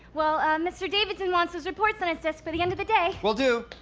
well, mr. davidson wants those reports on his desk by the end of the day will do!